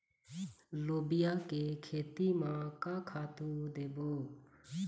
लोबिया के खेती म का खातू देबो?